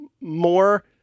more